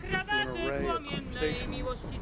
through an array of conversations,